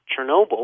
Chernobyl